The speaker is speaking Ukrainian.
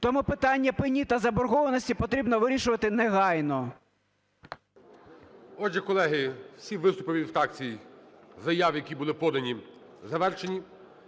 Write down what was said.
Тому питання пені та заборгованості потрібно вирішувати негайно.